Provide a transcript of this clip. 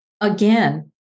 Again